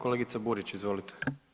Kolegice Burić, izvolite.